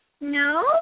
No